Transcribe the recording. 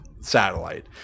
satellite